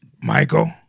Michael